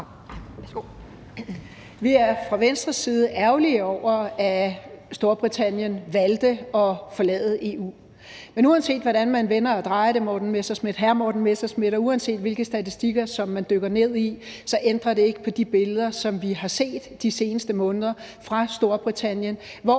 Vi er fra Venstres side ærgerlige over, at Storbritannien valgte at forlade EU. Men uanset hvordan man vender og drejer det, vil jeg sige til hr. Morten Messerschmidt, og uanset hvilket statistikker man dykker ned i, så ændrer det ikke på de billeder, som vi har set de seneste måneder, fra Storbritannien, hvor